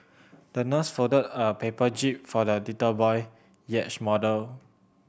the nurse folded a paper jib for the little boy yacht model